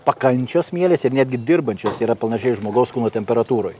pakančios mielės ir netgi dirbančios yra panašiai žmogaus kūno temperatūroj